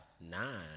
nine